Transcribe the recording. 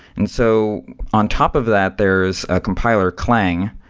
and so on top of that, there's a compiler clang.